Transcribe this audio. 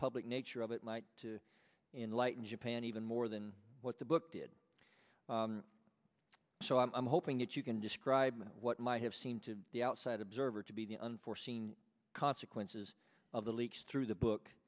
public nature of it night to in light in japan even more than what the book did so i'm hoping that you can describe what might have seemed to the outside observer to be the unforeseen consequences of the leaks through the book